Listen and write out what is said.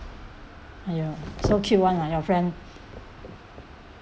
!aiyo! so cute [one] ah your friend